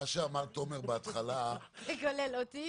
וממליצים מה באמת בר טיפול ותמ"לי ומה יכול ללכת